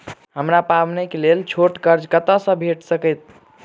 हमरा पाबैनक लेल छोट कर्ज कतऽ सँ भेटि सकैये?